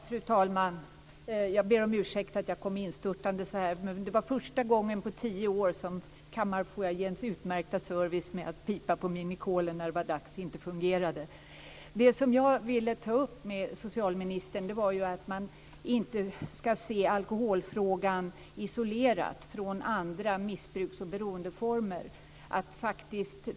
Fru talman! Jag ber om ursäkt att jag kom instörtande så här. Det var första gången på tio år som kammarfoajéns utmärkta service med att pipa på min minicall när det var dags inte fungerade. Det som jag ville ta upp med socialministern var att vi inte skall se alkoholfrågan isolerad från andra missbruks och beroendeformer.